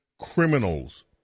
criminals